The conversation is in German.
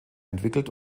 entwickelt